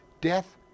Death